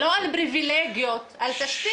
בדיוק, לא על פריבילגיות, על תשתית.